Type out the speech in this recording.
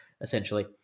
essentially